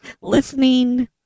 listening